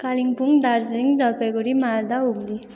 Kalimpong Darjeeling Jalpaiguri Malda Hooghly